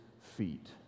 feet